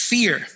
Fear